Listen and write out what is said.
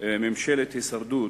"ממשלת הישרדות",